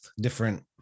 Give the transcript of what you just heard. different